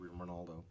Ronaldo